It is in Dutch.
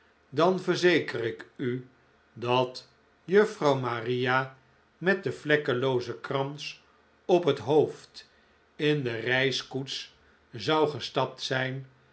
dan verzeker ik u dat juffrouw maria met den vlekkeloozen krans op het hoofd in de reiskoets zou gestapt zijn